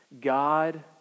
God